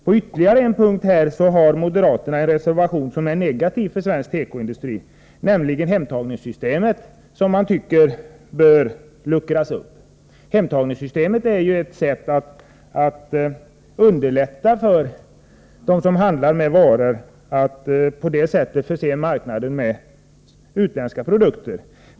På ytterligare en punkt har moderaterna en reservation som är negativ för svensk tekoindustri, nämligen beträffande hemtagningssystemet, som man tycker bör luckras upp. Hemtagningssystemet är ju ett sätt att underlätta för dem som handlar med textilvaror att förse marknaden med utländska produkter.